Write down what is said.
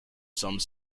some